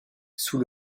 sous